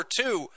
two